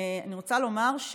אני רוצה לומר,